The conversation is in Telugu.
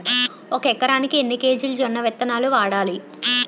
ఒక ఎకరానికి ఎన్ని కేజీలు జొన్నవిత్తనాలు వాడాలి?